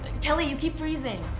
kelly, you keep freezing.